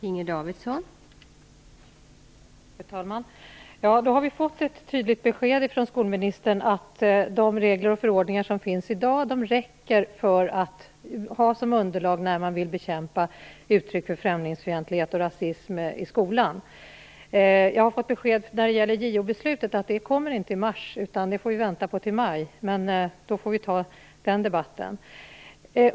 Fru talman! Vi har fått ett tydligt besked av skolministern att de regler och förordningar som finns i dag räcker som underlag när man vill bekämpa uttryck för främlingsfientlighet och rasism i skolan. Jag har fått besked om att JO-beslutet inte kommer i mars, utan vi får vänta på det till maj. Vi får föra den debatten då.